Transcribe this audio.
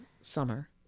summer